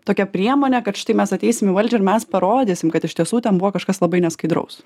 tokia priemonė kad štai mes ateisim į valdžią ir mes parodysim kad iš tiesų ten buvo kažkas labai neskaidraus